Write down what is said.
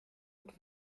und